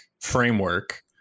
framework